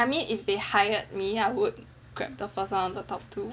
I mean if they hired me I would grab the first on the top too